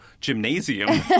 gymnasium